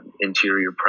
interior